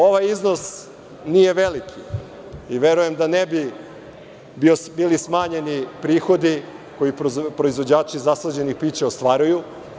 Ovaj iznos nije veliki i verujem da ne bi bili smanjeni prihodi koji proizvođači zaslađenih pića ostvaruju.